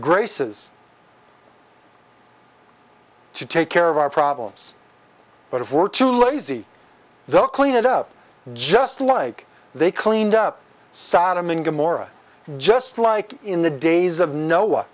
graces to take care of our problems but if we're too lazy they'll clean it up just like they cleaned up sodom and gomorrah just like in the days of noah